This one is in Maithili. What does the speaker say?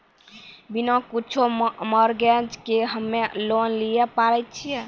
बिना कुछो मॉर्गेज के हम्मय लोन लिये पारे छियै?